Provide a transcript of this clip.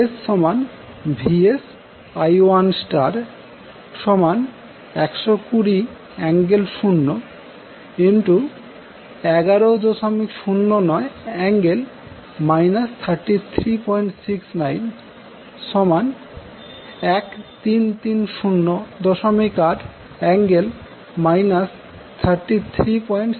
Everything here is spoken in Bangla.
SVSI1120∠01109∠ 336913308∠ 3369VA এখন অন্য একটি বিষয় শুরু করা যাক যেটা 3 ফেজ এর সার্কিট